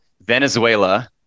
Venezuela